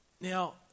Now